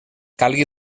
calgui